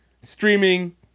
streaming